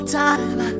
time